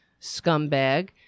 scumbag